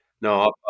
No